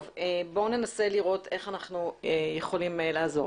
טוב, בואו ננסה לראות איך אנחנו יכולים לעזור.